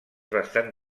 bastant